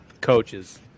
coaches